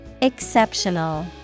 Exceptional